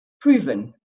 proven